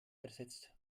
ersetzt